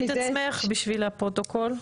ברכבת.